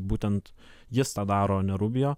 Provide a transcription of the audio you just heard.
būtent jis tą daro ne rubio